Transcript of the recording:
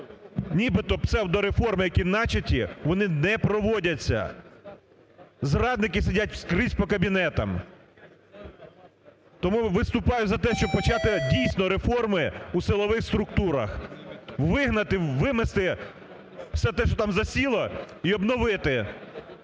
нібито псевдореформи, які начаті, вони не проводяться. Зрадники сидять скрізь по кабінетах. Тому виступаю за те, щоб почати, дійсно, реформи у силових структурах. Вигнати, вимести все те, що там засіло, і обновити.